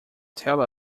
tell